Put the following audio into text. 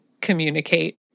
communicate